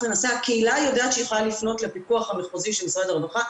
למעשה הקהילה יודעת שהיא יכולה לפנות לפיקוח המחוזי של משרד הרווחה.